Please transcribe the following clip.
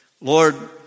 Lord